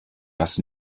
was